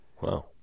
Wow